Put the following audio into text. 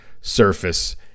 surface